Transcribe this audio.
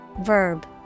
Verb